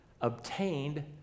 obtained